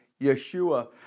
Yeshua